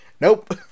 Nope